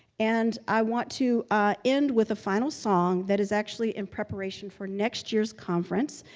and i want to end with a final song that is actually in preparation for next year's conference.